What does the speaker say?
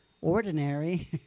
ordinary